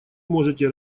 можете